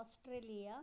Australia